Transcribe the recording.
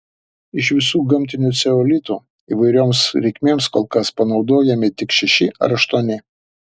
iš visų gamtinių ceolitų įvairioms reikmėms kol kas panaudojami tik šeši ar aštuoni